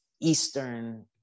Eastern